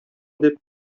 дип